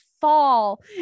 fall